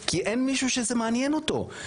כי אין מישהו שזה מעניין אותו,